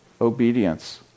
obedience